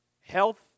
health